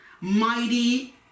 mighty